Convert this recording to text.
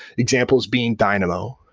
examples being dynamo.